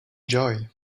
joy